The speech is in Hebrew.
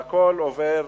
והכול עובר,